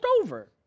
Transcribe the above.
over